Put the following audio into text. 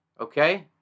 Okay